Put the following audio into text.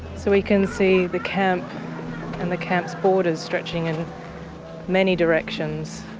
so we can see the camp and the camp's borders stretching in many directions,